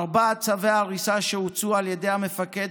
ארבעת צווי ההריסה שהוצאו על ידי המפקד